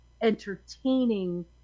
entertaining